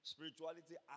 Spirituality